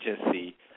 agency